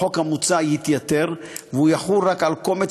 החוק המוצע יתייתר והוא יחול רק על קומץ